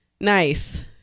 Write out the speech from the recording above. nice